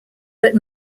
but